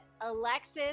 Alexis